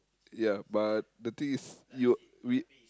ya but the thing is you we